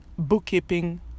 bookkeeping